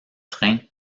train